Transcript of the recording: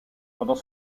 pendant